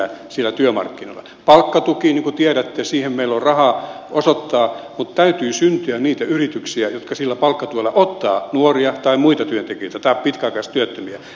palkkatukeen niin kuin tiedätte meillä on rahaa osoittaa mutta täytyy syntyä niitä yrityksiä jotka sillä palkkatuella ottavat nuoria tai muita työntekijöitä tai pitkäaikaistyöttömiä